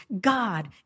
God